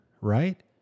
right